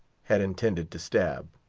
had intended to stab.